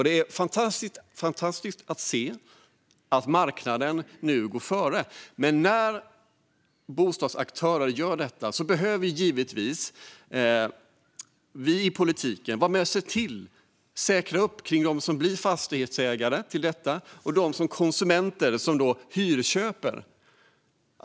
Det är fantastiskt att se att marknaden nu går före, men när bostadsaktörer gör detta behöver givetvis vi i politiken vara med och säkra upp kring dem som blir fastighetsägare och de konsumenter som hyrköper.